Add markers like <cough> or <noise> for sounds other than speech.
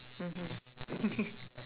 mmhmm <laughs>